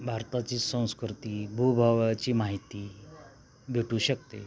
भारताची संस्कृती भूभावाची माहिती भेटू शकते